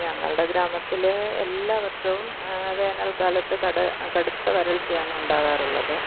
ഞങ്ങളുടെ ഗ്രാമത്തിൽ എല്ലാ വർഷവും വേനല്ക്കാലത്ത് കട കടുത്ത വരള്ച്ചയാണ് ഉണ്ടാകാറുള്ളത്